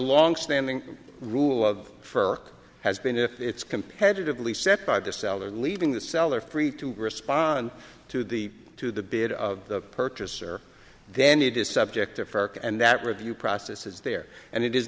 longstanding rule of for has been if it's competitively set by the seller leaving the seller free to respond to the to the bid of the purchaser then it is subject to ferric and that review processes there and it is